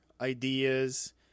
ideas